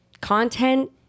content